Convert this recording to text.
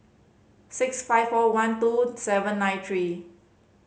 six five four one two seven nine three